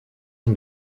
een